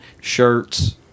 Shirts